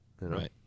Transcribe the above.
Right